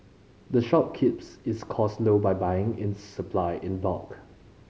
the shop keeps its costs low by buying in supply in bulk